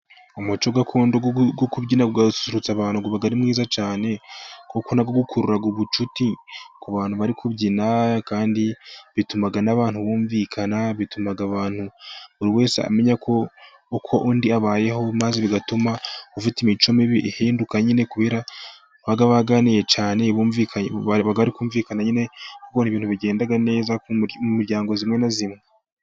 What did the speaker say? Umucyo gakondo wo kubyina ugasusurutsa abantu ngo uba ari mwiza cyane, kuko na wo ikurura ubucuti ku bantu bari kubyina, kandi bituma n'abantu bumvikana bituma abantu buri wese amenya uko undi abayeho, maze bigatuma ufite imico mibi ihinduka nyine, kubera baba baganiriye cyane bumvikanye bumvikana nyine, gukora ibintu bigenda neza mu miryango imwe n'imwe.